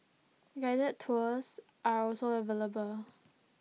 guided tours are also available